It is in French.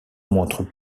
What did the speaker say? montre